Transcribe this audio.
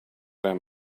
there